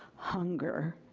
hunger,